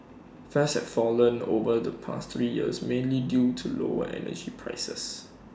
fares have fallen over the past three years mainly due to lower energy prices